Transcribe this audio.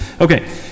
Okay